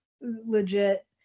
legit